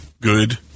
Good